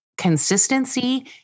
consistency